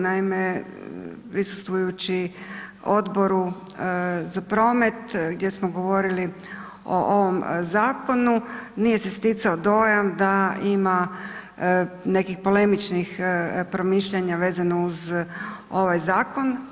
Naime, prisustvujući Odboru za promet gdje smo govorili o ovom zakonu nije se stjecao dojam da ima nekih polemičnih promišljanja vezano uz ovaj zakon.